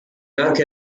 anche